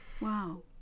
Wow